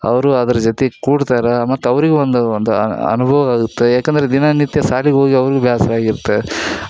ಅವರೂ ಅದ್ರ ಜೊತೆ ಕೂಡ್ತಾರೆ ಮತ್ತು ಅವ್ರಿಗೂ ಒಂದು ಒಂದು ಅನುಭವ ಆಗುತ್ತೆ ಯಾಕಂದ್ರೆ ದಿನನಿತ್ಯ ಶಾಲಿಗ್ ಹೋಗಿ ಅವ್ರ್ಗು ಬೇಸ್ರ ಆಗಿರ್ತೆ